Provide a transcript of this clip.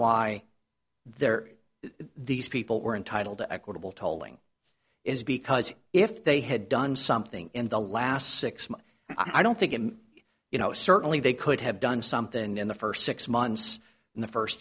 why they're these people were entitled to equitable tolling is because if they had done something in the last six months i don't think you know certainly they could have done something in the first six months in the first